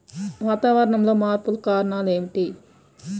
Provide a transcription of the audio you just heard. వాతావరణంలో మార్పులకు కారణాలు ఏమిటి?